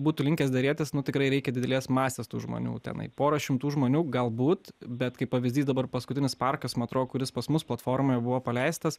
būtų linkęs derėtis tikrai reikia didelės masės tų žmonių tenai porą šimtų žmonių galbūt bet kaip pavyzdys dabar paskutinis parkas ma tro kuris pas mus platformoje buvo paleistas